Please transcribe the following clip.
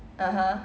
(uh huh)